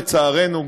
לצערנו,